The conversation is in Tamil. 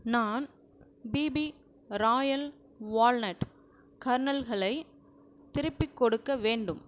நான் பிபி ராயல் வால்னட் கர்னல்களை திருப்பிக் கொடுக்க வேண்டும்